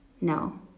No